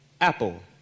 apple